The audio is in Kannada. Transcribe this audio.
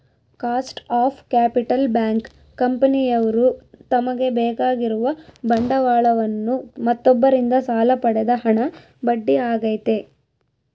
ಕಾಸ್ಟ್ ಆಫ್ ಕ್ಯಾಪಿಟಲ್ ಬ್ಯಾಂಕ್, ಕಂಪನಿಯವ್ರು ತಮಗೆ ಬೇಕಾಗಿರುವ ಬಂಡವಾಳವನ್ನು ಮತ್ತೊಬ್ಬರಿಂದ ಸಾಲ ಪಡೆದ ಹಣ ಬಡ್ಡಿ ಆಗೈತೆ